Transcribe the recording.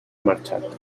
marxat